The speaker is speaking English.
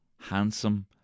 Handsome